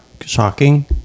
shocking